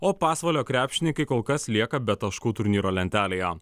o pasvalio krepšininkai kol kas lieka be taškų turnyro lentelėje